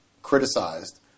criticized